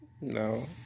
No